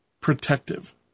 protective